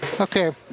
Okay